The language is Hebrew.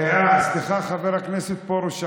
סליחה, חבר הכנסת פרוש.